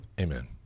amen